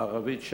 ערבית,